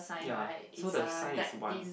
ya so the sign is one